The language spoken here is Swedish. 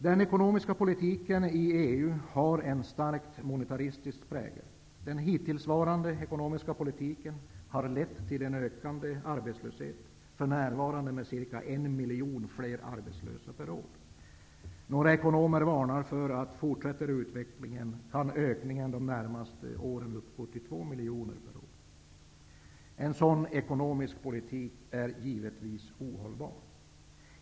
Den ekonomiska politiken i EU har en starkt monetaristisk prägel. Hittillsvarande ekonomiska politik har lett till en ökande arbetslöshet. För närvarande rör det sig om en ökning med 1 miljon nya arbetslösa per år. Några ekonomer varnar för att det, om den här utvecklingen fortsätter, under närmaste åren kan bli en ökning med 2 miljoner nya arbetslösa per år. En sådan ekonomisk politik är givetvis ohållbar.